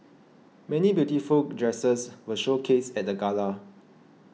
many beautiful dresses were showcased at the gala